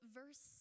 verse